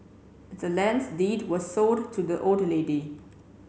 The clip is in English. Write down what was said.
the land's deed was sold to the old lady